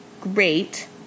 great